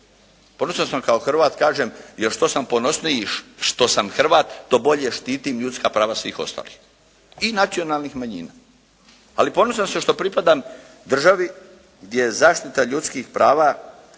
Ponosan sam kao Hrvat kažem jer što sam ponosniji što sam Hrvat to bolje štitim ljudska prava svih ostalih, i nacionalnih manjina, ali ponosan sam što pripadam državi gdje je zaštita ljudskih prava